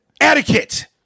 Etiquette